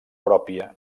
pròpia